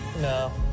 No